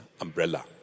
umbrella